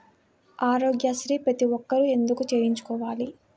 ఆరోగ్యశ్రీ ప్రతి ఒక్కరూ ఎందుకు చేయించుకోవాలి?